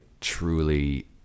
truly